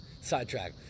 sidetrack